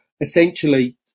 essentially